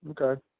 Okay